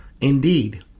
Indeed